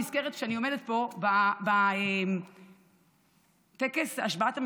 נזכרת כשאני עומדת פה בטקס השבעת הממשלה,